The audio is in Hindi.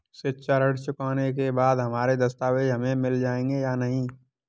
शिक्षा ऋण चुकाने के बाद हमारे दस्तावेज हमें मिल जाएंगे या नहीं?